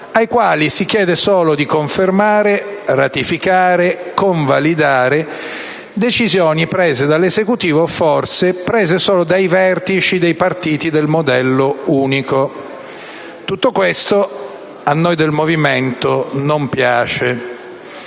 ai quali si chiede solo di confermare, ratificare e convalidare decisioni prese dall'Esecutivo, o forse solo dai vertici dei partiti del modello unico. Tutto questo a noi del Movimento 5 Stelle